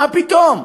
מה פתאום?